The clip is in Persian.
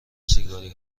سیگاری